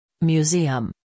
Museum